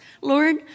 Lord